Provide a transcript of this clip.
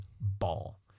ball